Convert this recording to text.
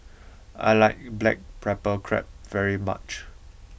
I like Black Pepper Crab very much